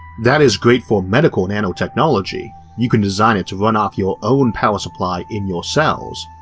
that is great for medical nanotechnology, you can design it to run off your own power supply in your cells,